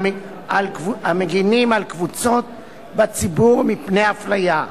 המגינים על קבוצות בציבור מפני אפליה.